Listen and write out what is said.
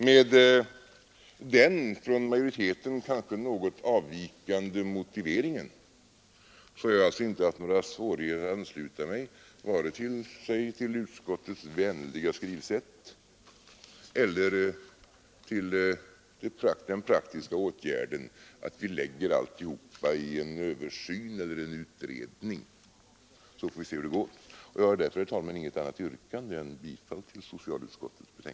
Med den från majoriteten kanske något avvikande motiveringen har jag inte haft några svårigheter att ansluta mig vare sig till utskottets vänliga skrivsätt eller till den praktiska åtgärden att vi överlämnar alltsammans till en utredning. Jag har därför, herr talman, inget annat yrkande än bifall till utskottets hemställan.